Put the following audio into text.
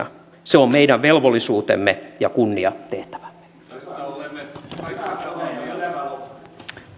se on meidän velvollisuutemme ja kunniatehtävämme